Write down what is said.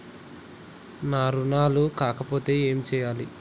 నా రుణాలు కాకపోతే ఏమి చేయాలి?